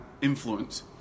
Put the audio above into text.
influence